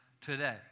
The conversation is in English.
today